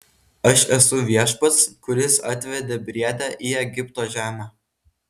aš esu viešpats kuris atvedė briedę į egipto žemę